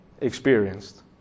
experienced